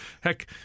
heck